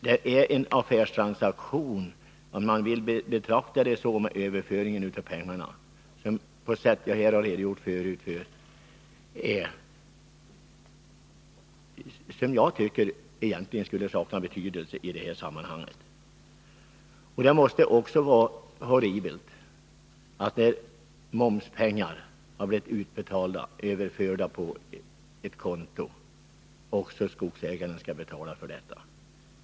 Det rör sig här om en affärstransaktion — om man vill betrakta den av mig nyss redovisade överföringen av pengarna som en sådan — som egentligen borde sakna betydelse i detta sammanhang. Det måste också sägas vara horribelt, att när momspengar har blivit överförda till ett konto, skogsägarna skall betala för detta. Herr talman!